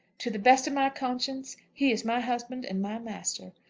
to the best of my conscience he is my husband and my master.